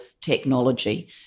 technology